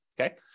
okay